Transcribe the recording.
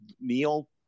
neil